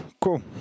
Cool